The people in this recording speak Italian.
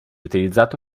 utilizzato